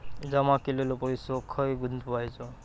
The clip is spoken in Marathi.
जमा केलेलो पैसो खय गुंतवायचो?